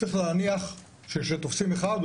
צריך להניח שכשתופסים אחד,